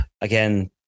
again